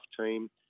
team